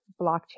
blockchain